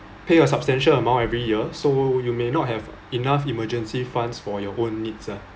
pay a substantial amount every year so you may not have enough emergency funds for your own needs ah